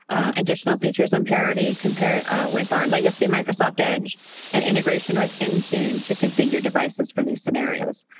additional features and parody compare with our legacy microsoft edge and integration with intune to configure devices for these scenarios.